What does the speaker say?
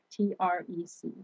TREC